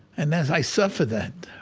and as i suffered that,